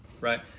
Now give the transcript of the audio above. right